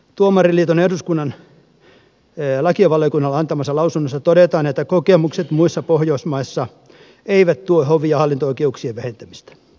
tuomariliiton eduskunnan lakivaliokunnalle antamassa lausunnossa todetaan että kokemukset muissa pohjoismaissa eivät tue hovi ja hallinto oikeuksien vähentämistä